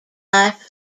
life